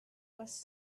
was